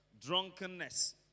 drunkenness